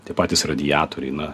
tie patys radiatoriai na